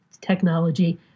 technology